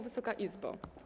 Wysoka Izbo!